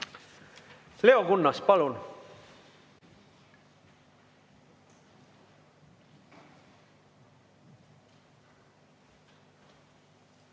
Leo Kunnas, palun!